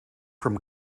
from